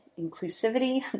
inclusivity